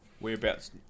Whereabouts